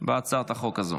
בהצעת החוק הזאת.